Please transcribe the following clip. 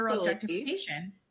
objectification